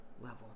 level